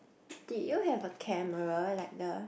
did you have a camera like the